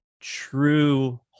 true